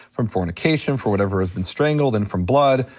from fornication, for whatever has been strangled and from blood.